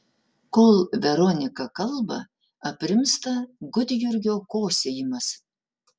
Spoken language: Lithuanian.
kol veronika kalba aprimsta gudjurgio kosėjimas